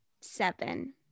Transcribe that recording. seven